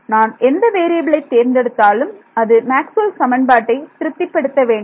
நான் எந்த வேறியபிலை தேர்ந்தெடுத்தாலும் அது மாக்ஸ்வல் சமன்பாட்டை திருப்திப் படுத்த வேண்டும்